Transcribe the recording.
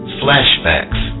flashbacks